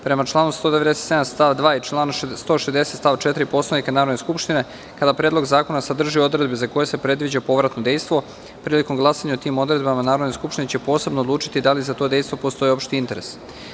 Prema članu 197. stav 2. i član 160. stav 4. Poslovnika Narodne skupštine, kad Predlog zakona sadrži odredbe za koje se predviđa povratno dejstvo, prilikom glasanja o tim odredbama, Narodna skupština će posebno odlučiti da li za to dejstvo postoji opšti interes.